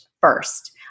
first